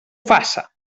faça